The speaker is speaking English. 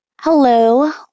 hello